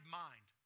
mind